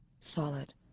solid